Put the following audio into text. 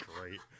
great